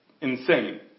insane